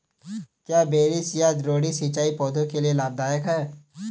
क्या बेसिन या द्रोणी सिंचाई पौधों के लिए लाभदायक है?